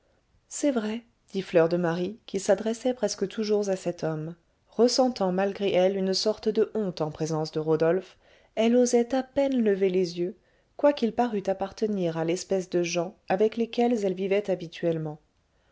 c'est vrai dit fleur de marie qui s'adressait presque toujours à cet homme ressentant malgré elle une sorte de honte en présence de rodolphe elle osait à peine lever les yeux quoiqu'il parût appartenir à l'espèce de gens avec lesquels elle vivait habituellement